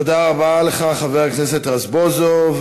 תודה רבה לך, חבר הכנסת רזבוזוב.